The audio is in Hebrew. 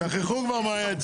שכחו כבר מה היה אצלם.